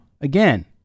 again